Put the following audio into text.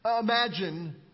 imagine